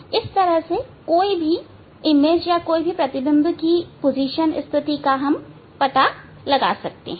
इस तरह से कोई भी प्रतिबिंब की स्थिति का पता लगा सकता है